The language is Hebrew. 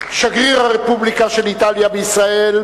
שגריר הרפובליקה של איטליה בישראל,